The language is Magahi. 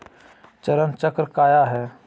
चरण चक्र काया है?